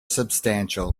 substantial